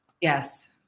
Yes